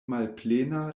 malplena